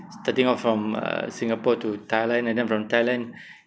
starting out from uh singapore to thailand and then from thailand